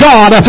God